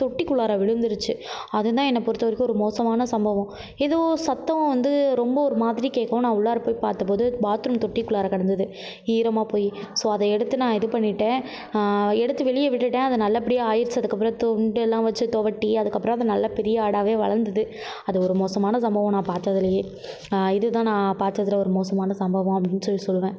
தொட்டிக்குள்ளார விழுந்துருச்சு அதுதான் என்னை பொறுத்தவரைக்கும் ஒரு மோசமான சம்பவம் ஏதோ சத்தம் வந்து ரொம்ப ஒரு மாதிரி கேட்கவும் நான் உள்ளார போய் பார்த்த போது பாத்ரூம் தொட்டிக்குள்ளார கிடந்தது ஈரமாக போய் ஸோ அதை எடுத்து நான் இது பண்ணிவிட்டேன் எடுத்து வெளியே விட்டுவிட்டேன் அது நல்லபடியாக ஆகிருச்சி அதுக்கப்புறம் துண்டெல்லாம் வச்சி துவட்டி அதுக்கப்புறம் அது நல்ல பெரிய ஆடாகவே வளந்தது அது ஒரு மோசமான சம்பவம் நான் பார்த்ததுலயே இதுதான் நான் பார்த்ததுல ஒரு மோசமான சம்பவம் அப்படின்னு சொல்லி சொல்லுவேன்